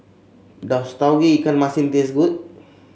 does Tauge Ikan Masin taste good